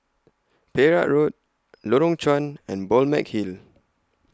Perak Road Lorong Chuan and Balmeg Hill